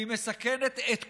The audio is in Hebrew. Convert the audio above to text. והיא מסכנת את כולנו.